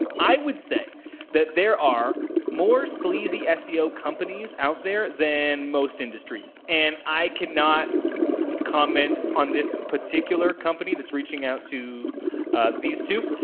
i would say that there are more sleazy seo companies out there than most industries and i cannot comment on this particular company that's reaching out to these two,